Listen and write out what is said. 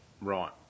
Right